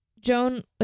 Joan